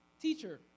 teacher